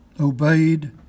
obeyed